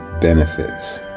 benefits